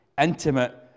intimate